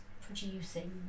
producing